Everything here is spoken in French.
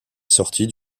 sortie